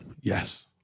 yes